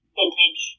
vintage